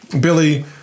Billy